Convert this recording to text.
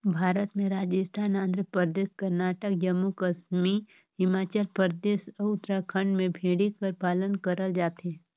भारत में राजिस्थान, आंध्र परदेस, करनाटक, जम्मू कस्मी हिमाचल परदेस, अउ उत्तराखंड में भेड़ी कर पालन करल जाथे